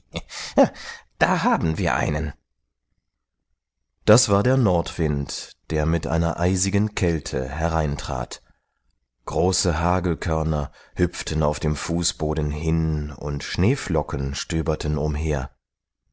da haben wir den einen das war der nordwind der mit einer eisigen kälte hereintrat große hagelkörner hüpften auf dem fußboden hin und schneeflocken stöberten umher